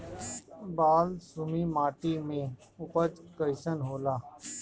बालसुमी माटी मे उपज कईसन होला?